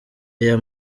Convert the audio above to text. aya